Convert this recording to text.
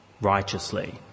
righteously